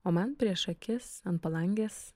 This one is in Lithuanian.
o man prieš akis ant palangės